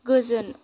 गोजोन